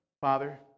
Father